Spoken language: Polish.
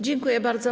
Dziękuję bardzo.